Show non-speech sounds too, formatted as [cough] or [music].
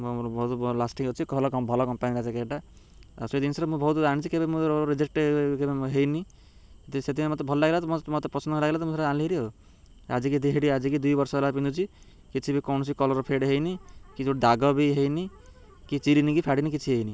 ବହୁତ ଲାଷ୍ଟିଙ୍ଗ୍ ଅଛି ଭଲ ଭଲ କମ୍ପାନୀର ଜ୍ୟାକେଟ୍ଟା ଆଉ ସେଇ ଜିନିଷରେ ମୁଁ ବହୁତ ଆଣିଛି କେବେ ମୁଁ ରିଜେକ୍ଟ କେବେ ହେଇନି ସେଥିପାଇଁ ମତେ ଭଲ ଲାଗିଲା ତ ମତେ ପସନ୍ଦ [unintelligible] ଲାଗିଲା ତ ମୁଁ ସେଥିପାଇଁ ଆଣିଲି ଭାରି ଆଉ ଆଜିକି [unintelligible] ଆଜିକି ଦୁଇ ବର୍ଷ ହେଲା ପିନ୍ଧୁ କିଛି ବି କୌଣସି କଲର୍ ଫେଡ଼୍ ହେଇନି କି ଯେଉଁ ଦାଗ ବି ହେଇନି କି ଚିରିିନି କି ଫାଡ଼ିନି କିଛି ହେଇନି